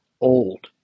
old